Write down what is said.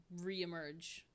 reemerge